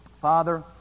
Father